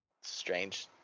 Strange